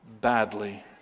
badly